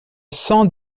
sang